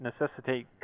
necessitate